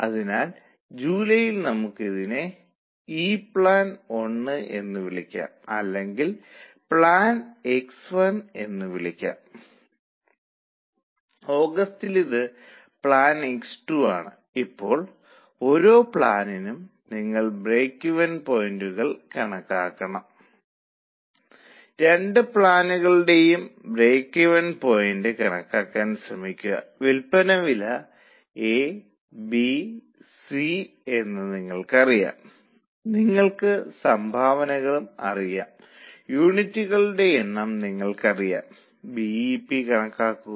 അതിനാൽ കൂടുതൽ കൂലി നിരക്ക് നൽകുകയും കൂലി നിരക്ക് 4 ആയി വർദ്ധിപ്പിക്കുകയും ചെയ്താൽ അവരുടെ നിലവിലെ കൂലി നിരക്ക് 3 ആണെന്ന് നിങ്ങൾക്ക് കാണാം 2 മണിക്കൂറിന് 3 എന്ന നിരക്കിൽ അവർക്ക് 6 ലഭിക്കുന്നു